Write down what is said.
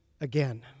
again